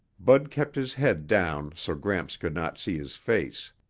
bud kept his head down so gramps could not see his face.